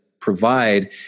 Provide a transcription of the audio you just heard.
provide